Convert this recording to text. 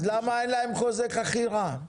אז למה אין להם חוזה חכירה?